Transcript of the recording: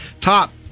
top